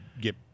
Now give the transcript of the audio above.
get